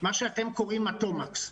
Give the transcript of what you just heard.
מה שאתם קוראים התומקס.